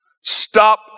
Stop